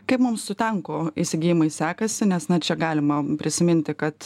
kaip mums su tankų įsigijimais sekasi nes na čia galima prisiminti kad